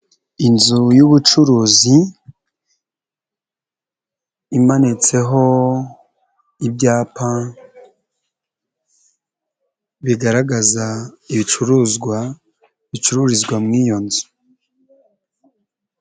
Inzu y'ubucuruzi imanitseho ibyapa bigaragaza ibicuruzwa bicururizwa muri iyo nzu.